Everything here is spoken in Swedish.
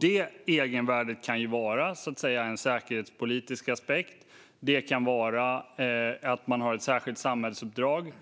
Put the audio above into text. Det egenvärdet kan vara en säkerhetspolitisk aspekt eller att man har ett särskilt samhällsuppdrag.